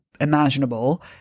imaginable